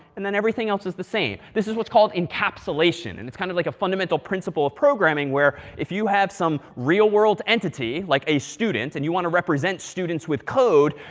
and then everything else is the same. this is what's called, encapsulation. and it's kind of like a fundamental principle of programming where, if you have some real world entity, like a student, and you want to represent students with code,